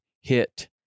hit